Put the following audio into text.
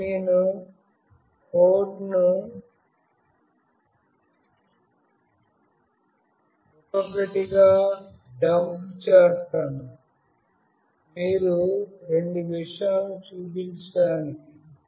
ఇప్పుడు నేను కోడ్ను ఒక్కొక్కటిగా డంప్ చేస్తాను రెండు విషయాలను చూపించడానికి